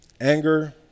Anger